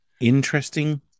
interesting